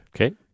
Okay